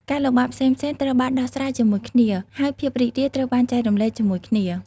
ការលំបាកផ្សេងៗត្រូវបានដោះស្រាយជាមួយគ្នា ហើយភាពរីករាយត្រូវបានចែករំលែកជាមួយគ្នា។